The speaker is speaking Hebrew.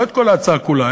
לא את כל ההצעה כולה,